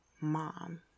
mom